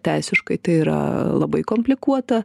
teisiškai tai yra labai komplikuota